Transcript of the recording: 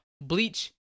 Bleach